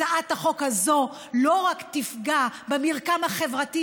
הצעת החוק הזאת לא רק תפגע במרקם החברתי